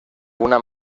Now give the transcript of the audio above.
una